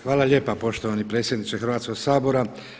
Hvala lijepa poštovani predsjedniče Hrvatskog Sabora.